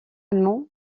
allemands